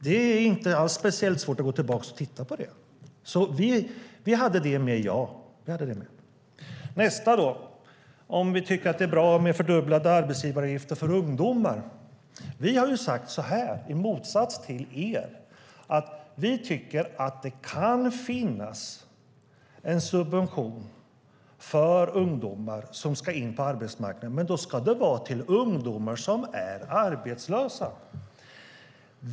Det är inte alls speciellt svårt att gå tillbaka och titta på det, så vi hade med det, ja. När det gäller nästa fråga, om vi tycker att det är bra med fördubblade arbetsgivaravgifter för ungdomar, har vi i motsats till er sagt att vi tycker att det kan finnas en subvention för ungdomar som ska in på arbetsmarknaden. Men då ska det vara till ungdomar som är arbetslösa.